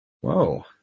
Whoa